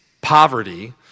poverty